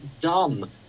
dumb